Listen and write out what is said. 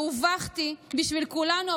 והובכתי בשביל כולנו,